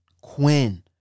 Quinn